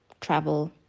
travel